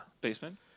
basement